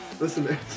listen